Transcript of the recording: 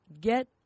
get